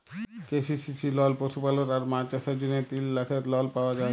KCC লল পশুপালল আর মাছ চাষের জ্যনহে তিল লাখের লল পাউয়া যায়